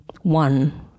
one